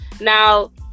now